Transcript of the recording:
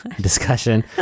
discussion